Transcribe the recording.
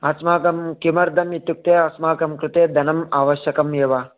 अस्माकं किमर्थम् इत्युक्ते अस्माकं कृते धनम् आवश्यकम् एव